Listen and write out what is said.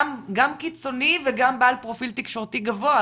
גם קיצוני וגם פעל פרופיל תקשורתי גבוהה,